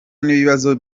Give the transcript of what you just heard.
n’ibibazo